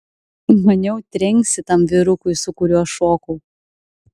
maniau trenksi tam vyrukui su kuriuo šokau